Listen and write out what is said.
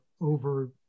over